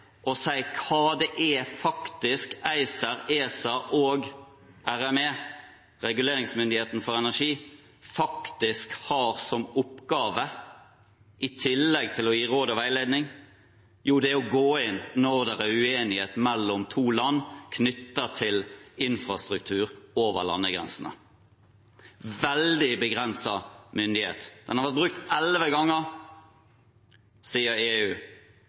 og si hva ACER, ESA og RME, reguleringsmyndigheten for energi, har som oppgave i tillegg til å gi råd og veiledning. Jo, det er å gå inn når det er uenighet mellom to land knyttet til infrastruktur over landegrensene – en veldig begrenset myndighet. Den har vært brukt elleve ganger siden EU